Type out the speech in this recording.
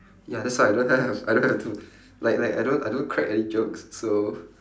ya that's why I don't have I don't have too like like I don't I don't crack any jokes so